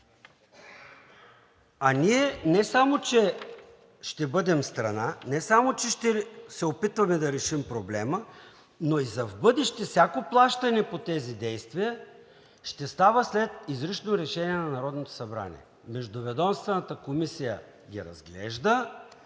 а ние не само че ще бъдем страна, не само че ще се опитваме да решим проблема, но и за в бъдеще всяко плащане по тези действия ще става след изрично решение на Народното събрание. Междуведомствената комисия ги разглежда,